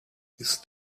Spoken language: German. ist